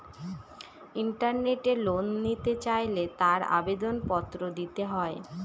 ইন্টারনেটে লোন নিতে চাইলে তার আবেদন পত্র দিতে হয়